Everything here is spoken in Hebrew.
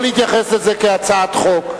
לא להתייחס לזה כאל הצעת חוק.